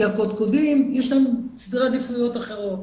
כי הקודקודים יש להם סדרי עדיפויות אחרים,